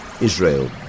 Israel